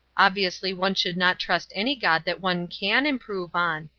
obviously one should not trust any god that one can improve on.